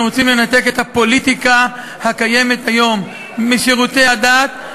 אנחנו רוצים לנתק את הפוליטיקה הקיימת היום משירותי הדת,